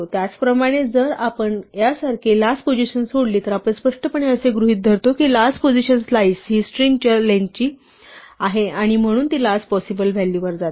त्याचप्रमाणे जर आपण यासारखे लास्ट पोझिशन सोडली तर आपण स्पष्टपणे असे गृहीत धरतो की लास्ट पोझिशन स्लाइस ही स्ट्रिंगच्या लिस्टची लेंग्थ आहे आणि म्हणून ती लास्ट पॉसिबल व्हॅलू वर जाते